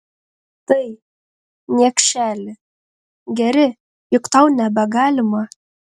tai niekšeli geri juk tau nebegalima